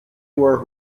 were